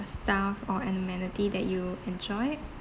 staff or amenity that you enjoyed